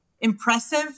impressive